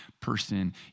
person